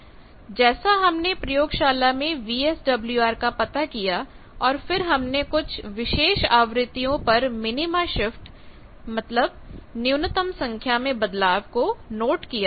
जैसे हमने प्रयोगशाला में VSWR का पता किया और फिर हमने कुछ विशेष आवृत्तियों पर मिनीमा शिफ्ट minima shiftन्यूनतम संख्या में बदलाव नोट किया